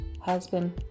husband